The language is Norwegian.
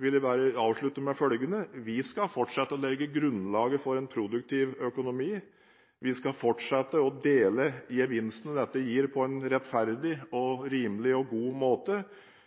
vil jeg bare avslutte med følgende: Vi skal fortsette å legge grunnlaget for en produktiv økonomi. Vi skal fortsette å dele gevinstene dette gir, på en rettferdig, rimelig og god måte.